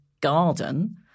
garden